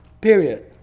Period